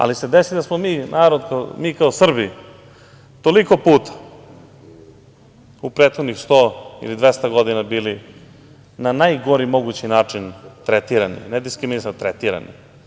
Ali se desi da smo mi kao Srbi toliko puta u prethodnih 100 ili 200 godina bili na najgori mogući način tretirani, ne diskriminisani, nego tretirani.